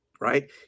right